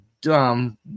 dumb